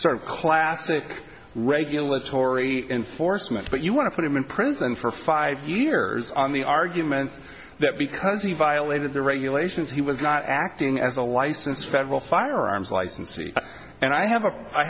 sort of classic regulatory enforcement but you want to put him in prison for five years on the argument that because he violated the regulations he was not acting as a licensed federal firearms licensee and i have a i